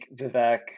Vivek